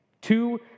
two